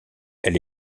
elle